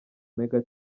omega